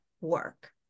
work